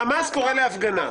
החמאס קורא להפגנה.